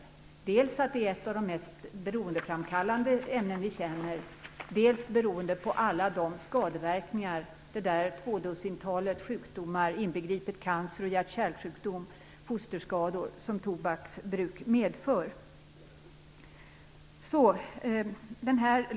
Vi hade sagt nej dels beroende på att tobak är ett av de mest beroendeframkallande ämnen vi känner till, dels beroende på alla skadeverkningar av detta tvådussintal sjukdomar - inbegripet cancer, hjärt och kärlsjukdomar och fosterskador - som tobaksbruk medför.